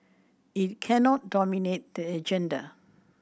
it cannot dominate the agenda